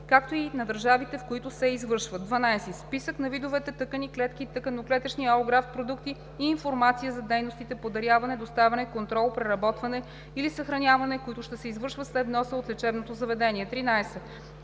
както и на държавите, в които се извършват; 12. списък на видовете тъкани, клетки и тъканно-клетъчни алографт продукти и информация за дейностите по даряване, доставяне, контрол, преработване или съхраняване, които ще се извършват след вноса от лечебното заведение; 13.